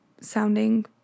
sounding